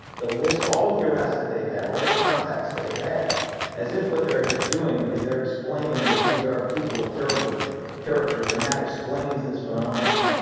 they'll list all of the arrests that they've had, all the contacts they've had as if what they're doing is they're explaining that these are people of terrible character and that explains this phenomenon.